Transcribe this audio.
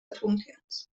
atomkerns